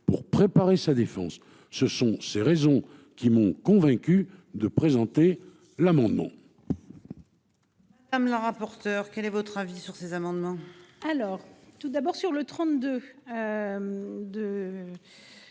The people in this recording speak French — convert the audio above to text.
pour préparer sa défense, ce sont ces raisons qui m'ont convaincu de présenter l'amendement. Madame la rapporteure. Quel est votre avis sur ces amendements alors. Tout d'abord sur le 32. De.